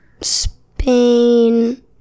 Spain